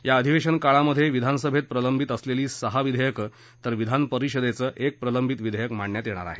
या अधिवेशनकाळामध्ये विधानसभेत प्रलंबित असलेली सहा विधेयकं तर विधानपरिषदेचं एक प्रलंबित विधेयक मांडण्यात येणार आहे